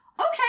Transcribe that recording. Okay